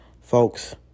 Folks